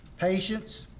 patience